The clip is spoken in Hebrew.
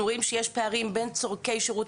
אנחנו רואים שיש פערים בין צורכי שירות